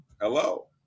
Hello